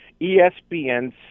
ESPN